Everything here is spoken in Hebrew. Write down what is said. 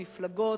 מפלגות,